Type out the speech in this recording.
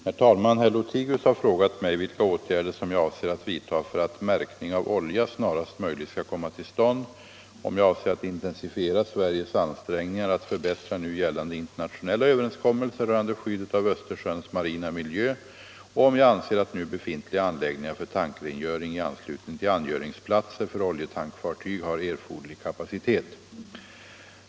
Herr talman! Herr Lothigius har frågat mig vilka åtgärder som jag avser att vidtaga för att ”märkning” av olja snarast möjligt skall komma till stånd, om jag avser att intensifiera Sveriges ansträngningar att förbättra nu gällande internationella överenskommelser rörande skyddet av Östersjöns marina miljö och om jag anser att nu befintliga anläggningar för tankrengöring i anslutning till angöringsplatser för oljetankfartyg har erforderlig kapacitet.